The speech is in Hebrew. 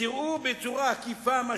תראו מה שהוא מעלה בצורה עקיפה.